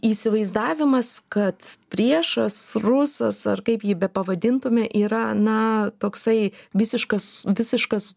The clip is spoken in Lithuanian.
įsivaizdavimas kad priešas rusas ar kaip jį bepavadintume yra na toksai visiškas visiškas